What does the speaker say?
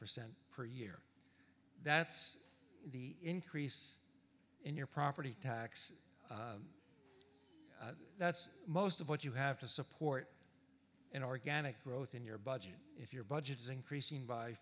percent per year that's the increase in your property taxes that's most of what you have to support in organic growth in your budget if your budget is increasing by